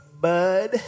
Bud